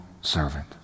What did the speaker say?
servant